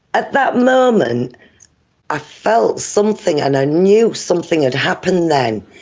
at that moment i felt something and i knew something had happened then.